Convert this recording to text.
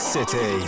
City